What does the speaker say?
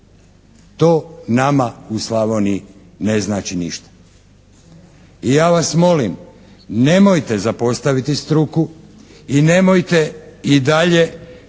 To nama u Slavoniji ne znači ništa i ja vas molim, nemojte zapostaviti struku i nemojte i dalje,